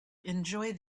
enjoy